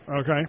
okay